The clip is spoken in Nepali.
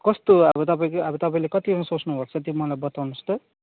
कस्तो अब तपाईँकै अब तपाईँले कतिमा सोच्नुभएको छ त्यो मलाई बताउनुहोस् त